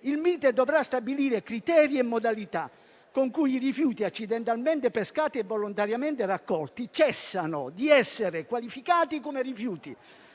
il Mite dovrà stabilire criteri e modalità con cui quelli accidentalmente pescati e volontariamente raccolti cessano di essere qualificati come rifiuti,